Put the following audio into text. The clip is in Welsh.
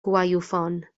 gwaywffon